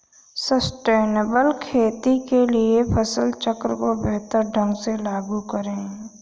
sustainable खेती के लिए फसल चक्र को बेहतर ढंग से लागू करें